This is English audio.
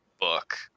book